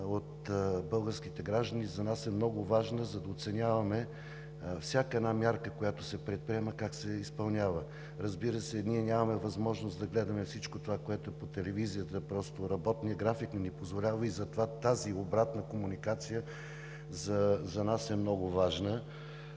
от българските граждани за нас е много важна, за да оценяваме всяка една мярка, която се предприема, как се изпълнява. Разбира се, ние нямаме възможност да гледаме всичко това, което е по телевизията, просто работният график не ни позволя и затова тази обратна комуникация за нас е много важна.